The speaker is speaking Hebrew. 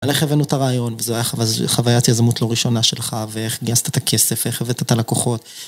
על איך הבאנו את הרעיון, וזו הייתה חוויית יזמות לא ראשונה שלך, ואיך גייסת את הכסף, איך הבאת את הלקוחות.